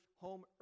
home